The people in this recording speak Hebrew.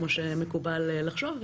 כמו שמקובל לחשוב,